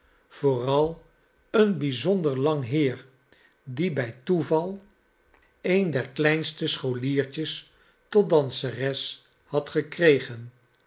vooral een bijzonder langheer die bij toeval een der kleinste scholiertjes tot danseres had gekregen